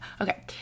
okay